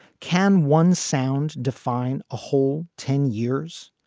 can one sound define a whole ten years?